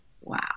wow